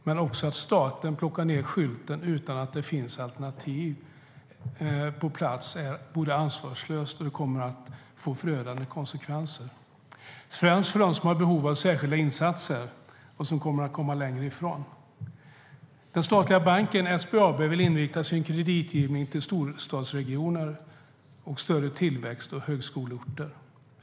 Men att staten plockar ned skylten utan att det finns alternativ på plats är ansvarslöst och kommer att få förödande konsekvenser, främst för dem som har behov av särskilda insatser. Den statliga banken SBAB vill inrikta sin kreditgivning till storstadsregioner och större tillväxt och högskoleorter.